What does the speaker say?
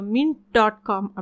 Mint.com